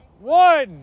one